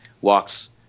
walks